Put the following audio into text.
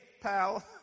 pal